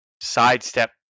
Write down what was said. sidestep